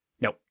No